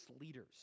leaders